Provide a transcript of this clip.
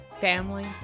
family